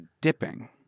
dipping